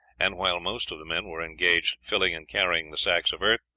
and while most of the men were engaged filling and carrying the sacks of earth,